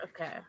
Okay